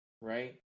right